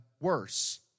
worse